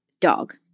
DOG